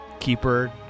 keeper